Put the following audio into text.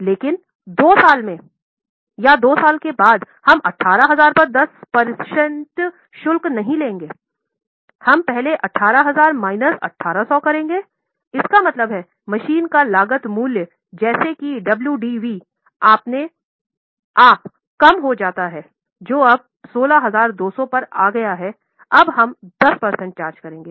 लेकिन 2 साल में हम 18000 पर 10 प्रतिशत शुल्क नहीं लेंगे हम पहले 18000 माइनस 1800 करेंगे इसका मतलब है मशीन का लागत मूल्य जैसा कि डब्लूडीवी अपने आप कम हो जाता है जो अब 16200 पर आ गया है अब हम 10 प्रतिशत चार्ज करते हैं